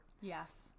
yes